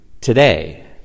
today